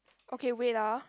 okay wait ah